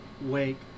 wake